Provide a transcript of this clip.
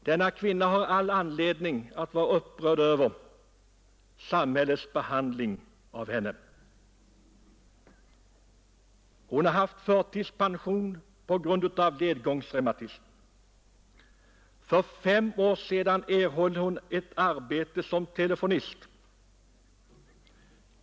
Denna kvinna har all anledning att vara upprörd över samhällets behandling av henne. Hon har haft förtidspension på grund av ledgångsreumatismen. För fem år sedan fick hon ett arbete som telefonist.